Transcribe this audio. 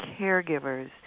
caregivers